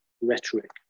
rhetoric